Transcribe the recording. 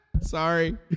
Sorry